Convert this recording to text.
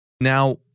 Now